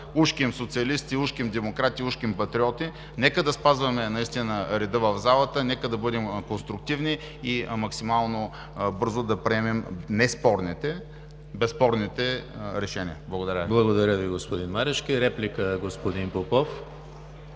ужким социалисти, ужким демократи, ужким патриоти, нека да спазваме наистина реда в залата, нека бъдем конструктивни и максимално бързо да приемем не спорните, а безспорните решения. Благодаря. ПРЕДСЕДАТЕЛ ЕМИЛ ХРИСТОВ: Благодаря Ви, господин Марешки. Реплика – господин Попов,